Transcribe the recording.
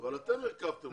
אבל אתם הרכבתם אותה.